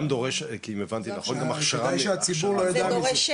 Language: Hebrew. הבנתי נכון, זה דורש גם הכשרה מיוחדת.